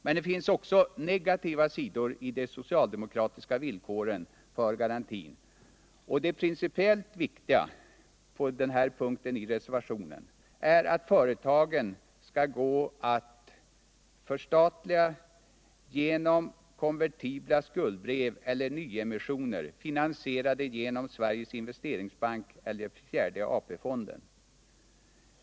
Men det finns också negativa sidor i de socialdemokratiska villkoren för garantin. Det principiellt viktiga på denna punkt i reservationen är att företagen skall gå att förstatliga genom konvertibla skuldebrev eller nyemissioner, finansierade genom Sveriges investeringsbank eller fjärde AP-fonden.